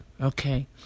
Okay